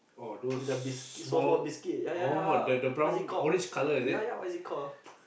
with the biscuit small small biscuit ya ya ya what is it called ya ya what is it called